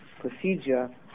procedure